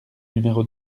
numéro